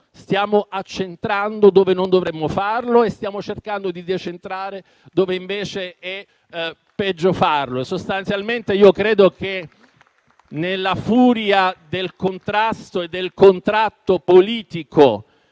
stiamo accentrando dove non dovremmo farlo e stiamo cercando di decentrare dove invece è peggio farlo. Credo che nella furia del contrasto e del contratto politico